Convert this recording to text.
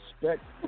respect